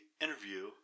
interview